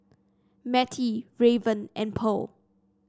Mattie Raven and Pearl